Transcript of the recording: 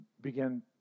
began